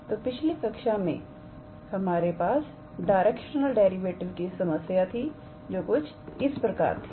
तो पिछली कक्षा में हमारे पास डायरेक्शनल डेरिवेटिव की समस्या थी जो कुछ इस प्रकार थी